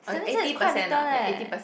seventy percent is quite little leh